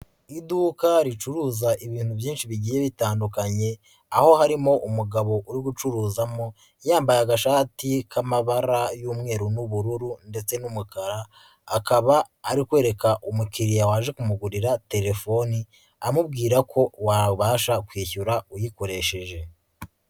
Iduka ricuruza ibintu byinshi bigiye bitandukanye, aho harimo umugabo uri gucuruzamo yambaye agashati k'amabara y'umweru n'ubururu ndetse n'umukara, akaba ari kwereka umukiriya waje kumugurira telefoni, amubwira ko wabasha kwishyura uyikoresheje.